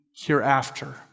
hereafter